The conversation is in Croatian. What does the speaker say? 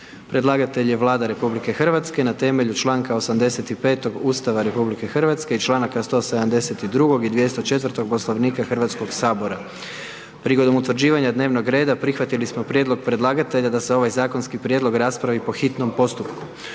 Predlagatelj akta je Vlada RH na temelju članka 85. Ustava RH i članaka 172. i 204. Poslovnika Hrvatskog sabora. Prigodom utvrđivanja dnevnog reda prihvatili smo prijedlog predlagatelja da se ovaj zakonski prijedlog raspravi po hitnom postupku.